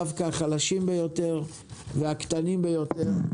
דווקא החלשים ביותר והקטנים ביותר,